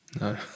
no